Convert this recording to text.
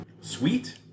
sweet